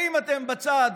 האם אתם בצד